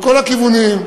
מכל הכיוונים,